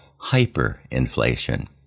hyperinflation